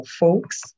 folks